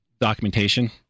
documentation